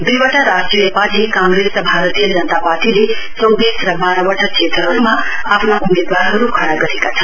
दुईवटा राष्ट्रिय पार्टी काँग्रेस र भारतीय जनता पार्टीले चौविस र वाहवटा क्षेत्रहरुमा आफ्ना उम्मेदवारहरु खड्डा गरेका छन्